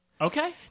Okay